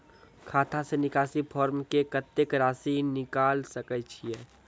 खाता से निकासी फॉर्म से कत्तेक रासि निकाल सकै छिये?